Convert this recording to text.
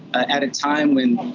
ah at a time when,